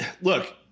look